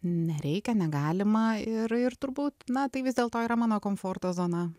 nereikia negalima ir ir turbūt na tai vis dėlto yra mano komforto zona